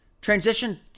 Transition